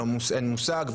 אין מושג.